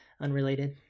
unrelated